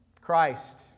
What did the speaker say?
Christ